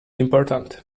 important